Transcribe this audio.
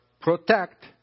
protect